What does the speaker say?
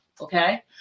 okay